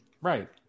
right